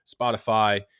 spotify